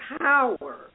power